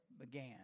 began